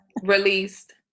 released